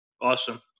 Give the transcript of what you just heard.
awesome